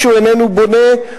כשהוא איננו בונה,